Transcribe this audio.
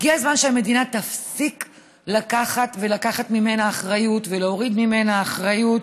הגיע הזמן שהמדינה תפסיק לקחת ולהוריד ממנה אחריות.